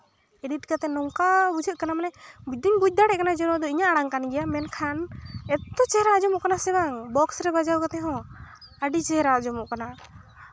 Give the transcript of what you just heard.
edit ᱠᱟᱛᱮᱜ ᱱᱚᱝᱠᱟ ᱵᱩᱡᱷᱟᱹᱜ ᱠᱟᱱᱟ ᱢᱟᱱᱮ ᱵᱩᱡᱽ ᱫᱚᱧ ᱵᱩᱡᱽ ᱫᱟᱲᱮᱭᱟᱜ ᱠᱟᱱᱟ ᱱᱚᱣᱟᱫᱚ ᱤᱧᱟᱹᱜ ᱟᱲᱟᱝ ᱠᱟᱱ ᱜᱮᱭᱟ ᱢᱮᱱᱠᱷᱟᱱ ᱮᱛᱚ ᱪᱮᱦᱨᱟ ᱟᱸᱡᱚᱢᱚᱜ ᱠᱟᱱᱟ ᱥᱮ ᱵᱟᱝ ᱵᱚᱠᱥ ᱨᱮ ᱵᱟᱡᱟᱣ ᱠᱟᱛᱮ ᱦᱚᱸ ᱟᱹᱰᱤ ᱪᱮᱦᱨᱟ ᱟᱸᱡᱚᱢᱚᱜ ᱠᱟᱱᱟ